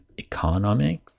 economic